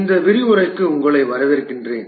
இந்த விரிவுரைக்கு உங்களை வரவேற்கிறேன்